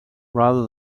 rather